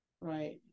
right